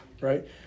Right